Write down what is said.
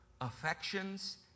affections